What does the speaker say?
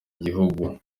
gihugu